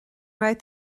raibh